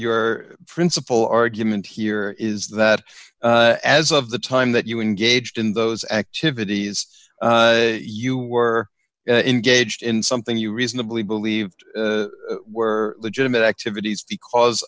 your principal argument here is that as of the time that you engaged in those activities you were engaged in something you reasonably believed were legitimate activities because